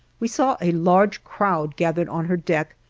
we saw a large crowd gathered on her deck,